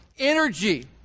energy